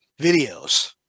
videos